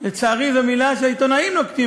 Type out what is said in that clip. לצערי, זו מילה שהעיתונאים נוקטים.